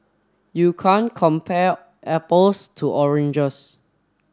you can't compare apples to oranges